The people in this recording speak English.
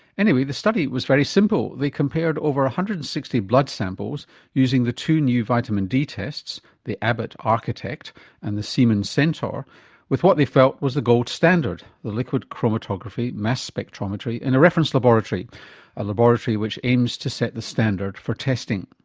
anyway, the study was very simple. they compared over one ah hundred and sixty blood samples using the two new vitamin d tests the abbott architect and the siemens centaur with what they felt was the gold standard, the liquid chromatography mass spectrometry in a reference laboratory a laboratory which aims to set the standard for testing.